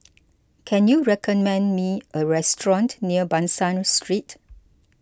can you recommend me a restaurant near Ban San Street